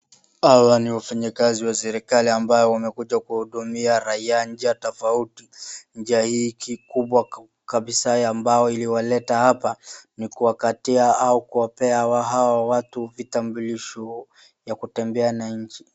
Hawa ni wafanyikazi wa serikali ambao wamekuja hudumia raia njia tofauti. Njia hii kikubwa kabisa ya mbao iliyowaleta hapa ni kuwakatia au kuwapee hao watu vitambulisho ya kutembea na nchi.